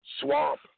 Swamp